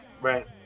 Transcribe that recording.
right